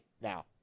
now